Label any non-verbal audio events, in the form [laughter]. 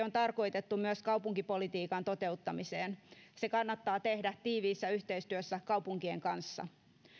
[unintelligible] on tarkoitettu myös kaupunkipolitiikan toteuttamiseen se kannattaa tehdä tiiviissä yhteistyössä kaupunkien kanssa